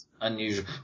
Unusual